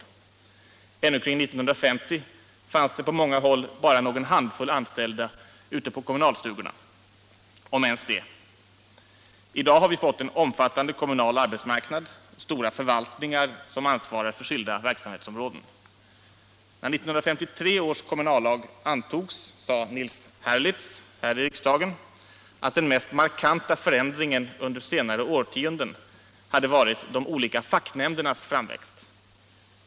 Ännu omkring 1950 fanns det på många håll bara någon handfull anställda ute i kommunalstugorna — om ens det. I dag har vi fått en omfattande kommunal arbetsmarknad och stora förvaltningar, som ansvarar för skilda verksamhetsområden. När 1953 års kommunallag antogs sade Nils Herlitz här i riksdagen, att den mest markanta förändringen under senare årtionden hade varit de olika facknämndernas framväxt.